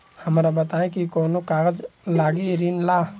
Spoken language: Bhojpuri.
हमरा बताई कि कौन कागज लागी ऋण ला?